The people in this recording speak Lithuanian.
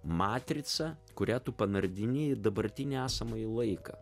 matrica kurią tu panardini į dabartinę esamąjį laiką